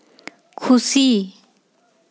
ᱠᱷᱩᱥᱤ